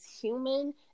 human